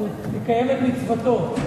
אז תקיים את מצוותו.